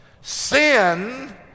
Sin